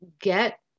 get